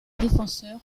défenseur